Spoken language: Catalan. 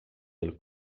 del